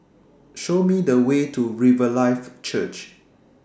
Show Me The Way to Riverlife Church